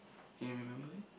can you remember it